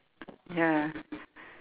ya